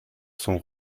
sont